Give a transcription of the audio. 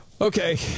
Okay